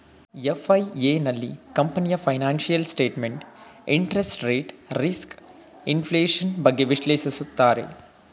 FIA, ನಲ್ಲಿ ಕಂಪನಿಯ financial statement, interest rate risk, inflation, ಬಗ್ಗೆ ವಿಶ್ಲೇಷಿಸುತ್ತಾರೆ